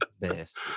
best